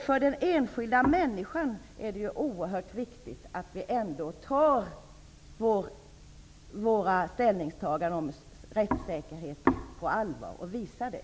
För den enskilda människan är det ju oerhört viktigt att vi ändå tar våra ställningstaganden om rättssäkerhet på allvar och visar det.